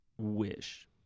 wish